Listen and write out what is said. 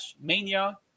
Mania